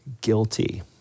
guilty